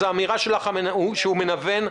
אז האמירה שלך שהוא מנוון,